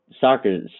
soccer